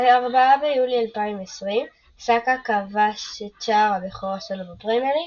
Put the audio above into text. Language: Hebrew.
ביולי 2020 סאקה כבש את שער הבכורה שלו בפרמייר ליג,